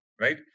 right